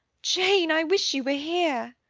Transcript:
jane! i wish you were here!